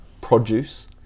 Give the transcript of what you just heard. produce